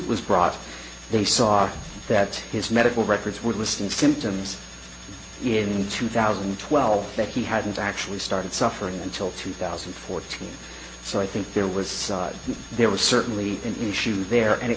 was brought they saw that his medical records were listing symptoms in two thousand and twelve that he hadn't actually started suffering until two thousand and fourteen so i think there was there was certainly an issue there and it